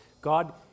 God